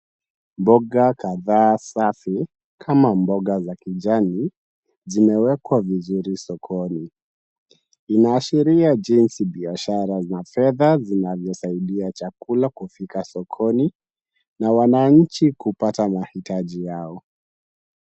Mboga kadhaa safi kama mboga za kijani zimewekwa vizuri sokoni. Inaashiria jinsi biashara za fedha zinavyosaidia chakula kufika sokoni na wananchi kupata mahitaji yao.